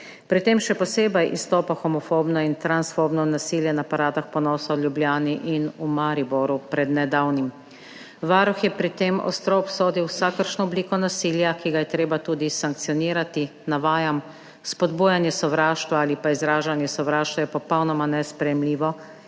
Pri tem še posebej izstopa homofobno in transfobno nasilje na paradah ponosa v Ljubljani in v Mariboru prednedavnim. Varuh je pri tem ostro obsodil vsakršno obliko nasilja, ki ga je treba tudi sankcionirati. Navajam: »Spodbujanje sovraštva ali pa izražanje sovraštva je popolnoma nesprejemljivo